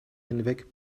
hinweg